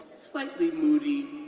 slightly moody,